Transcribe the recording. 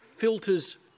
filters